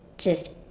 just